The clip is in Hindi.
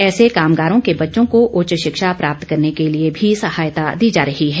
ऐसे कामगारों के बच्चों को उच्च शिक्षा प्राप्त करने के लिए भी सहायता दी जा रही है